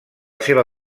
seva